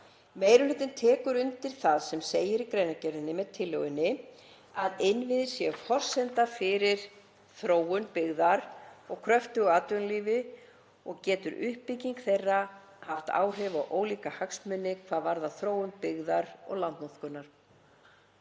Meiri hlutinn tekur undir það sem segir í greinargerð með tillögunni, að innviðir séu forsenda fyrir þróun byggðar og kröftugu atvinnulífi og getur uppbygging þeirra haft áhrif á ólíka hagsmuni sem varða þróun byggðar og landnotkunar.